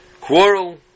quarrel